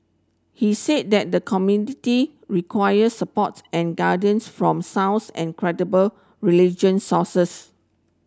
he said that the community require supports and guidance from sounds and credible religious sources